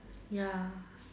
ya